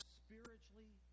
spiritually